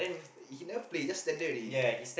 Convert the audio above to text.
he never play just stand there only